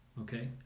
Okay